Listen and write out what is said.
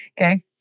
Okay